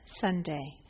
Sunday